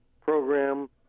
program